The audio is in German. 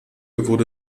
wurde